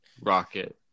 Rocket